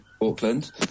Auckland